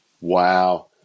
Wow